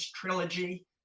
trilogy